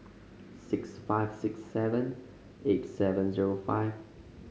six five six seven eight seven zero five